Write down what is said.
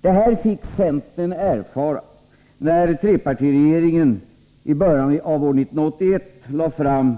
Detta fick centern erfara när trepartiregeringen i början av år 1981 lade fram